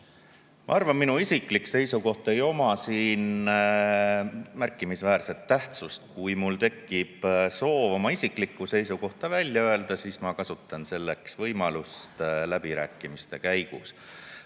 Ma arvan, et minu isiklik seisukoht ei oma siin märkimisväärset tähtsust. Kui mul tekib soov oma isiklik seisukoht välja öelda, siis ma kasutan selleks võimalust läbirääkimiste käigus. Mis